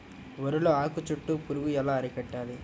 వరిలో ఆకు చుట్టూ పురుగు ఎలా అరికట్టాలి?